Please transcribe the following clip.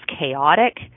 chaotic